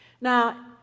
now